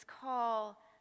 call